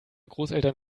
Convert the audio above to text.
großeltern